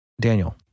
Daniel